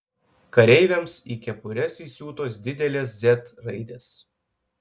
kareiviams į kepures įsiūtos didelės z raidės